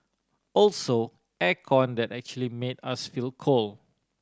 also air con that actually made us feel cold